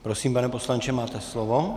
Prosím, pane poslanče, máte slovo.